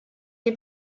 les